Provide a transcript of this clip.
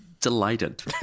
delighted